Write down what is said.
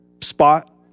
spot